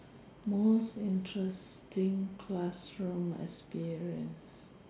most interesting classroom experience